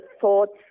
thoughts